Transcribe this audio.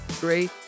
great